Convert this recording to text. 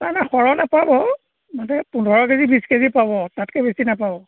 নাই নাই সৰহ নাপাব মানে পোন্ধৰ কেজি বিছ কেজি পাব তাতকৈ বেছি নাপাব